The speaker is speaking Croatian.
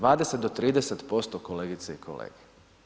20 do 30%, kolegice i kolege.